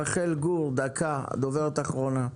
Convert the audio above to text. רחל גור, דוברת אחרונה.